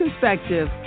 perspective